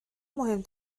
مهم